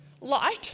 light